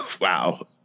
Wow